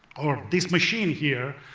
or this machine here,